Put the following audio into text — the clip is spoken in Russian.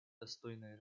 достойной